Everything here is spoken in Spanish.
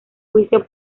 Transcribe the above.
juicio